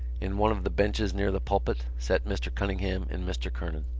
in one of the benches near the pulpit sat mr. cunningham and mr. kernan.